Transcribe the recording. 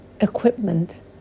equipment